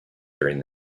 during